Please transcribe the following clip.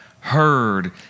heard